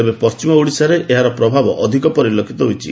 ତେବେ ପଛିମ ଓଡିଶାରେ ଏହା ପ୍ରଭାବ ଅଧକ ପରିଲକ୍ଷିତ ହେଉଛି